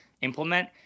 implement